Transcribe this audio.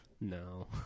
No